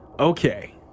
Okay